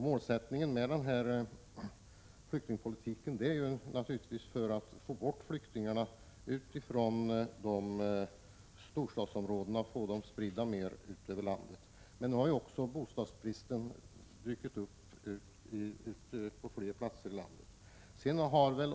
Målsättningen med flyktingpolitiken är att få bort flyktingarna från storstadsområdena och få dem spridda över landet. Men nu har bostadsbristen dykt upp på fler platser i landet.